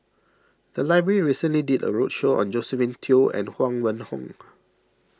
the library recently did a roadshow on Josephine Teo and Huang Wenhong